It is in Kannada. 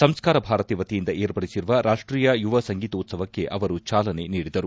ಸಂಸ್ಕಾರಭಾರತಿ ವತಿಯಿಂದ ಏರ್ಪಡಿಸಿರುವ ರಾಷ್ಷೀಯ ಯುವ ಸಂಗೀತೋತ್ಸವಕ್ಕೆ ಅವರು ಚಾಲನೆ ನೀಡಿದರು